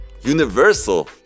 universal